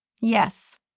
Yes